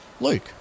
Luke